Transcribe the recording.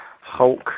Hulk